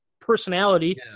personality